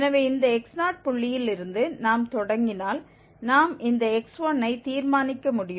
எனவே இந்த x0 புள்ளியில் இருந்து நாம் தொடங்கினால் நாம் இந்த x1 ஐ தீர்மானிக்க முடியும்